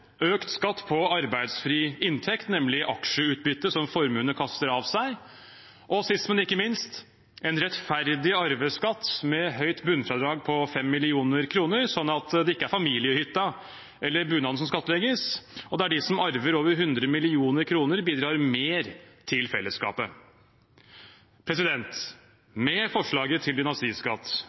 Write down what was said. økt skatt på arbeidsfri inntekt, nemlig aksjeutbytte som formuene kaster av seg, og sist, men ikke minst en rettferdig arveskatt med høyt bunnfradrag på 5 mill. kr, sånn at det ikke er familiehytta eller bunaden som skattlegges, og der de som arver over 100 mill. kr, bidrar mer til fellesskapet. Med forslaget til